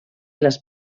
les